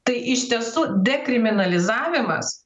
tai iš tiesų dekriminalizavimas